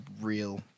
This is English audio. real